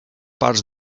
parts